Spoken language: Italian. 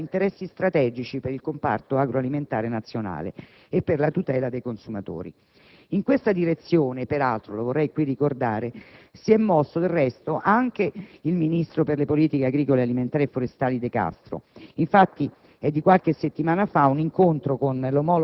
in questa materia per consentire di salvaguardare interessi strategici per il comparto agroalimentare nazionale e per la tutela dei consumatori. In questa direzione (lo vorrei qui ricordare) si è mosso del resto anche il ministro per le politiche agricole, alimentari e forestali De Castro. È di